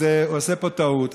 אז הוא עושה פה טעות.